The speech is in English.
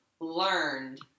learned